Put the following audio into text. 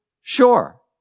Sure